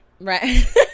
Right